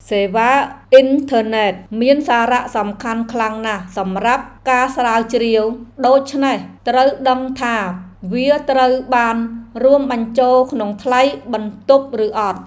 សេវាអ៊ីនធឺណិតមានសារៈសំខាន់ខ្លាំងណាស់សម្រាប់ការស្រាវជ្រាវ ដូច្នេះត្រូវដឹងថាវាត្រូវបានរួមបញ្ចូលក្នុងថ្លៃបន្ទប់ឬអត់។